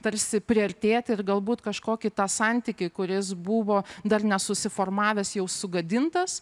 tarsi priartėti ir galbūt kažkokį tą santykį kuris buvo dar nesusiformavęs jau sugadintas